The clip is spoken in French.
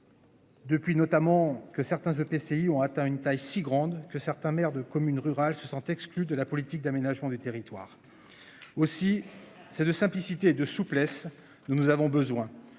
Depuis notamment que certains EPCI ont atteint une taille si grande que certains maires de communes rurales se sentent exclus de la politique d'aménagement du territoire. Aussi c'est de simplicité et de souplesse. Nous, nous avons besoin